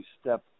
step